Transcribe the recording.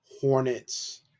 Hornets